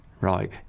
Right